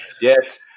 Yes